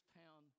town